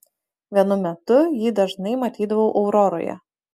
vienu metu jį dažnai matydavau auroroje